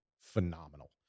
phenomenal